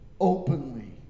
openly